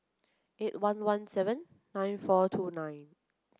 eight one one seven nine four two nine